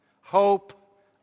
hope